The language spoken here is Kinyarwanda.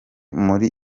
muri